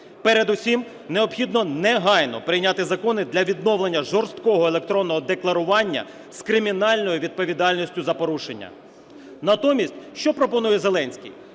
Передусім необхідно негайно прийняти закони для відновлення жорсткого електронного декларування з кримінальною відповідальністю за порушення. Натомість що пропонує Зеленський?